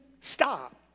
stop